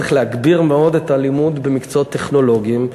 צריך להגביר מאוד את הלימוד במקצועות טכנולוגיים,